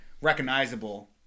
recognizable